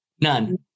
None